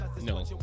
no